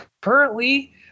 Currently